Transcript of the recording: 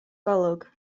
golwg